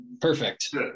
Perfect